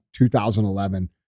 2011